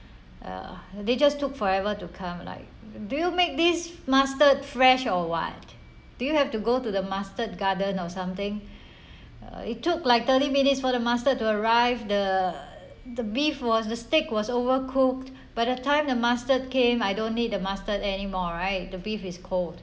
uh they just took forever to come like do you make this mustard fresh or what do you have to go to the mustard garden or something uh it took like thirty minutes for the mustard to arrive the the beef was the steak was overcooked by the time the mustard came I don't need a mustard anymore right the beef is cold